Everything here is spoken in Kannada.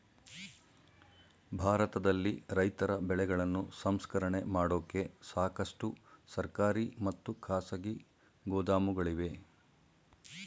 ಭಾರತದಲ್ಲಿ ರೈತರ ಬೆಳೆಗಳನ್ನು ಸಂಸ್ಕರಣೆ ಮಾಡೋಕೆ ಸಾಕಷ್ಟು ಸರ್ಕಾರಿ ಮತ್ತು ಖಾಸಗಿ ಗೋದಾಮುಗಳಿವೆ